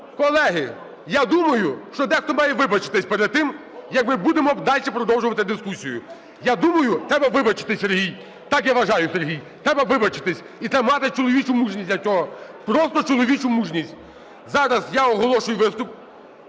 Колеги, я думаю, що дехто має вибачитись перед тим, як ми будемо дальше продовжувати дискусію. Я думаю, треба вибачитись, Сергій. Так я вважаю, Сергій. Треба вибачитись і треба мати чоловічу мужність для цього, просто чоловічу мужність. Зараз я оголошую виступ